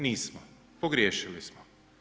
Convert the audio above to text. Nismo, pogriješili smo.